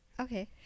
okay